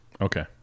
Okay